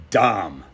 dumb